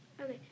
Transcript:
Okay